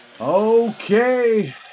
Okay